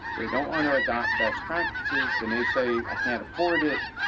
they don't want to adopt best practices. they may say, i can't afford it.